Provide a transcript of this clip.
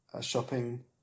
shopping